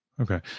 Okay